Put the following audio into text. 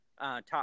top